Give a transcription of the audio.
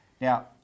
Now